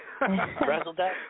Razzle-dazzle